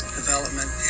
development